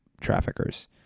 traffickers